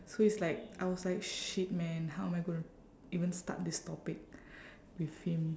so it's like I was like shit man how am I gonna even start this topic with him